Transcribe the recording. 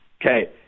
Okay